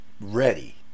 ready